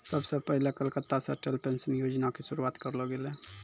सभ से पहिले कलकत्ता से अटल पेंशन योजना के शुरुआत करलो गेलै